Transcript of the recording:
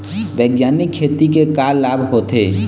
बैग्यानिक खेती के का लाभ होथे?